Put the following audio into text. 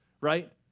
right